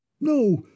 No